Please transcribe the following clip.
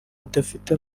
mudafite